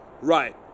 Right